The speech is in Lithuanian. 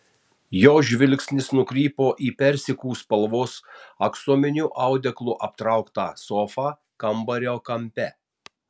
jo žvilgsnis nukrypo į persikų spalvos aksominiu audeklu aptrauktą sofą kambario kampe